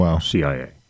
CIA